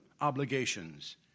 obligations